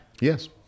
Yes